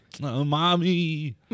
mommy